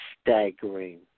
staggering